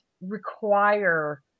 require